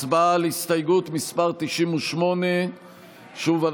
הצבעה על הסתייגות מס' 98. שוב,